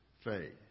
Faith